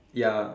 ya